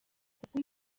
kuko